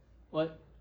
what